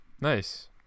nice